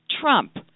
Trump